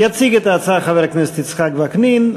יציג את ההצעה חבר הכנסת יצחק וקנין.